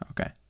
Okay